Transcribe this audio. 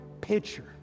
picture